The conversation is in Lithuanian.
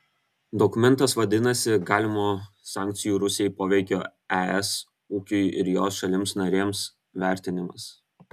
dokumentas vadinasi galimo sankcijų rusijai poveikio es ūkiui ir jos šalims narėms vertinimas